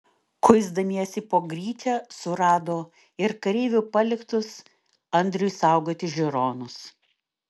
kuisdamiesi po gryčią surado ir kareivių paliktus andriui saugoti žiūronus